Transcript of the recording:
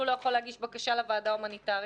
לא יכול להגיש בקשה לוועדה ההומניטרית.